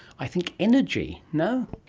i think energy, no?